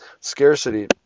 scarcity